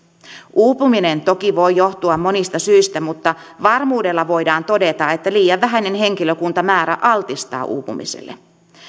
uupuminen toki voi johtua monista syistä mutta varmuudella voidaan todeta että liian vähäinen henkilökuntamäärä altistaa uupumiselle